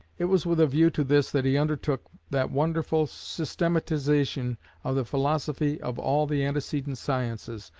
it was with a view to this that he undertook that wonderful systematization of the philosophy of all the antecedent sciences,